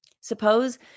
suppose